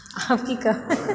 आब की कहबै